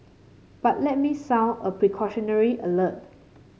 but let me sound a precautionary alert